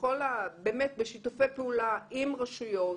באמת בשיתופי פעולה עם רשויות,